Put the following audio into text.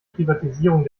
privatisierung